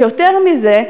ויותר מזה,